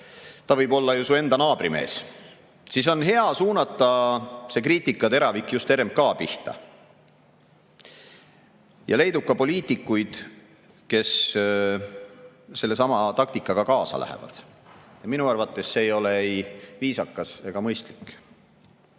ta võib olla su enda naabrimees –, siis on hea suunata see kriitikateravik just RMK pihta. Leidub ka poliitikuid, kes sellesama taktikaga kaasa lähevad. Minu arvates see ei ole ei viisakas ega mõistlik.